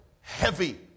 heavy